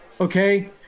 okay